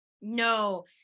No